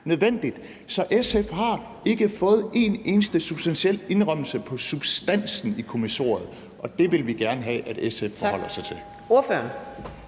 nødvendigt. Så SF har ikke fået en eneste substantiel indrømmelse på substansen i kommissoriet, og det vil vi gerne have at SF forholder sig til.